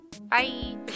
Bye